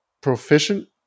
proficient